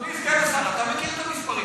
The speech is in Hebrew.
אדוני סגן השר, אתה מכיר את המספרים.